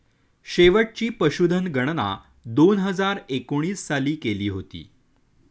शेवटची पशुधन गणना दोन हजार एकोणीस साली केली होती